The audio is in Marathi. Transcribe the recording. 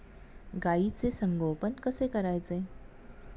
गाईचे संगोपन कसे करायचे?